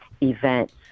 events